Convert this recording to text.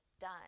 done